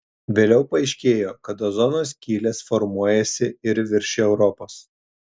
vėliau paaiškėjo kad ozono skylės formuojasi ir virš europos